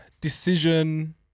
decision